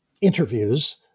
interviews